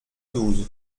douze